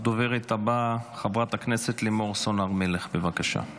הדוברת הבאה, חברת הכנסת לימור סון הר מלך, בבקשה.